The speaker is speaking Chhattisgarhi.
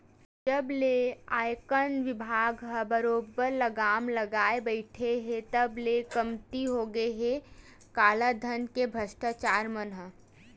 जब ले आयकर बिभाग ह बरोबर लगाम लगाए बइठे हे तब ले कमती होगे हे कालाधन के भस्टाचारी मन ह